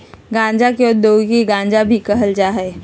गांजा के औद्योगिक गांजा भी कहल जा हइ